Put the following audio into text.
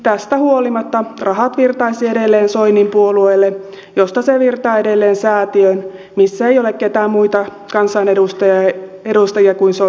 tästä huolimatta rahat virtaisivat edelleen soinin puolueelle josta se virtaa edelleen säätiöön missä ei ole ketään muita kansanedustajia kuin soini itse